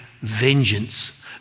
vengeance